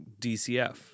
DCF